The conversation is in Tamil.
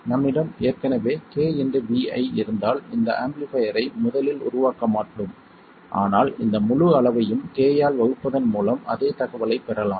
நம்மிடம் ஏற்கனவே kVi இருந்தால் இந்த ஆம்பிளிஃபைர்யை முதலில் உருவாக்க மாட்டோம் ஆனால் இந்த முழு அளவையும் k ஆல் வகுப்பதன் மூலம் அதே தகவலைப் பெறலாம்